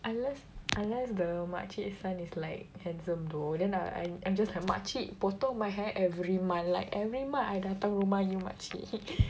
unless unless the makcik son is like handsome though then ah I'm just like makcik potong my hair every month like every month I datang rumah you makcik